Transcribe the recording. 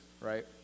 Right